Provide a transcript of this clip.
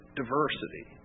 diversity